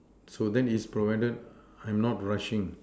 so that is provided I'm not rushing